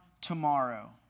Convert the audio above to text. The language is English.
tomorrow